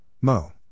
Mo